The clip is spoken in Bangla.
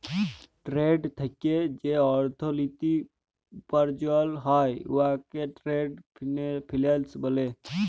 টেরেড থ্যাইকে যে অথ্থলিতি উপার্জল হ্যয় উয়াকে টেরেড ফিল্যাল্স ব্যলে